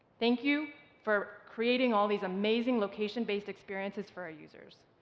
thank you for creating all these amazing location based experiences for our users.